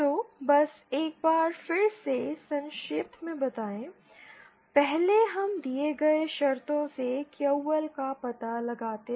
तो बस एक बार फिर से संक्षेप में बताएं पहले हम दिए गए शर्तों से QL का पता लगाते हैं